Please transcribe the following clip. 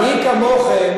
מי כמוכם,